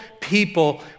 people